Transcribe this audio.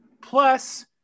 plus